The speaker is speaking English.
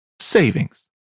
savings